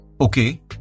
Okay